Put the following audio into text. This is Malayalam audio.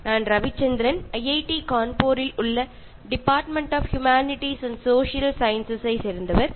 ഞാൻ ഐ ഐ ടി കാൺപൂരിലെ department of humanities and social സയൻസിലെ അധ്യാപകൻ രവിചന്ദ്രൻ